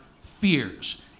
fears